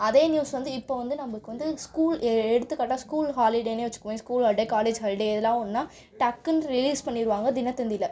அதே நியூஸ் வந்து இப்போது வந்து நம்மக்கு வந்து ஸ்கூல் எடுத்துக்காட்டாக ஸ்கூல் ஹாலிடேனே வச்சுக்கோயேன் ஸ்கூல் ஹாலிடே காலேஜ் ஹாலிடே எதனால் ஒன்றா டக்குன்னு ரிலீஸ் பண்ணிவிடுவாங்க தினத்தந்தியில்